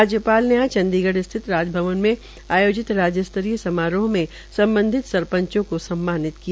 राज्यपाल ने आज चंडीगढ़ स्थित राजभवन में आयोजित राज्य स्तरीय समारोह मे सम्बधित सरपंचों को सम्मानित किया